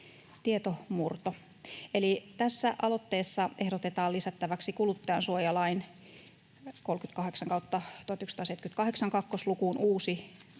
tietomurto. Tässä aloitteessa ehdotetaan lisättäväksi kuluttajansuojalain (38/1978) kakkoslukuun uusi